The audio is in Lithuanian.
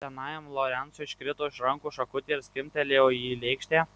senajam lorencui iškrito iš rankų šakutė ir skimbtelėjo į lėkštę